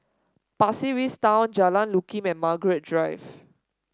Pasir Ris Town Jalan Lakum and Margaret Drive